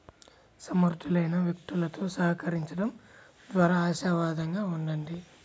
సమర్థులైన వ్యక్తులతో సహకరించండం ద్వారా ఆశావాదంగా ఉండండి